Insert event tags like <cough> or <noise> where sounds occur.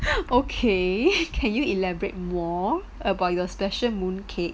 <laughs> okay <breath> can you elaborate more about your special mooncake